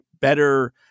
Better